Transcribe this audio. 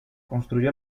construyó